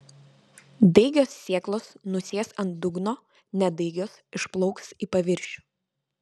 daigios sėklos nusės ant dugno nedaigios išplauks į paviršių